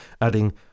adding